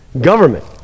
government